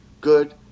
good